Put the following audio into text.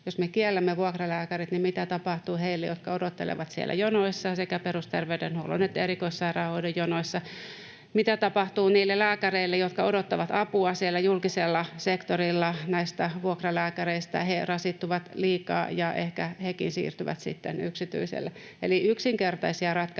Jos me kiellämme vuokralääkärit, niin mitä tapahtuu heille, jotka odottelevat siellä jonoissa, sekä perusterveydenhuollon että erikoissairaanhoidon jonoissa? Mitä tapahtuu niille lääkäreille, jotka odottavat näistä vuokralääkäreistä apua siellä julkisella sektorilla? He rasittuvat liikaa, ja ehkä hekin siirtyvät sitten yksityiselle. Eli yksinkertaisia ratkaisuja